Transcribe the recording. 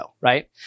right